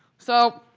so,